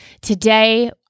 Today